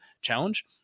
challenge